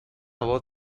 voz